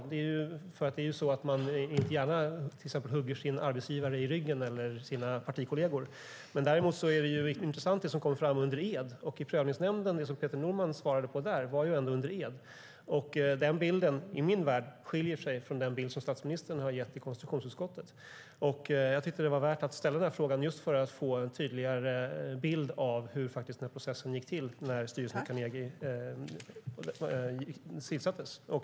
Man hugger ju inte gärna sin arbetsgivare eller sina partikolleger i ryggen. Däremot är det som kommer fram under ed intressant. Det som Peter Norman svarade på i Prövningsnämnden skedde under ed. Den bilden, i min värld, skiljer sig från den bild som statsministern har gett i konstitutionsutskottet. Jag tyckte att det var värt att ställa denna fråga just för att få en tydligare bild av hur denna process faktiskt gick till när styrelsen i Carnegie tillsattes.